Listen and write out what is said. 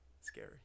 Scary